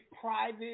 private